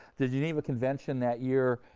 the geneva convention that year,